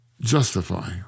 justify